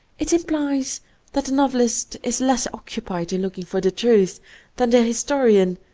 it implies that the novelist is less occupied in looking for the truth than the historian,